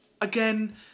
again